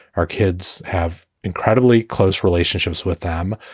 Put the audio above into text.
our kids have incredibly close relationships with them.